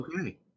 Okay